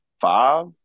Five